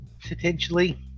Potentially